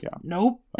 nope